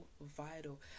vital